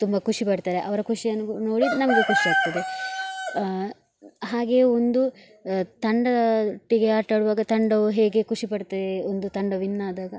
ತುಂಬ ಖುಷಿ ಪಡ್ತಾರೆ ಅವರ ಖುಷಿಯನ್ನು ನೋಡಿ ನಮಗೆ ಖುಷಿ ಆಗ್ತದೆ ಹಾಗೆಯೇ ಒಂದು ತಂಡದೊಟ್ಟಿಗೆ ಆಟಾಡುವಾಗ ತಂಡವು ಹೇಗೆ ಖುಷಿ ಪಡುತ್ತದೆ ಒಂದು ತಂಡ ವಿನ್ ಆದಾಗ